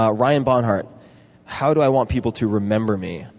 ah ryan bonhart how do i want people to remember me?